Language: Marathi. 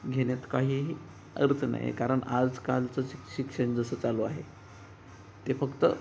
घेण्यात काहीही अर्थ नाही आहे कारण आजकालचं शि शिक्षण जसं चालू आहे ते फक्त